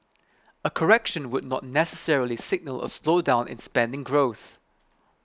a correction would not necessarily signal a slowdown in spending growth